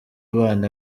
abana